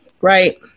right